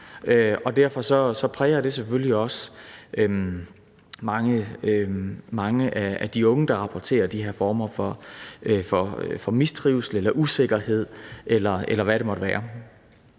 Så det præger selvfølgelig også mange af de unge, der rapporterer de her former for mistrivsel eller usikkerhed, eller hvad det måtte være.